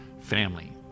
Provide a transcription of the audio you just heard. family